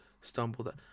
stumbled